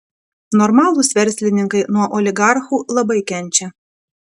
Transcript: normalūs verslininkai nuo oligarchų labai kenčia